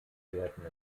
werden